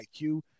IQ